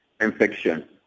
infection